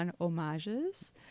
homages